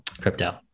crypto